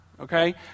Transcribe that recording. okay